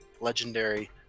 legendary